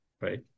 Right